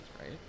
right